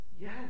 Yes